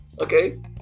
okay